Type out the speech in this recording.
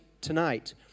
tonight